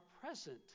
present